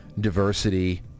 diversity